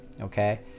okay